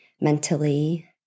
mentally